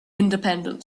independent